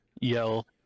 yell